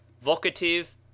vocative